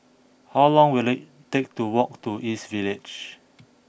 how long will it take to walk to East Village